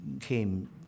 came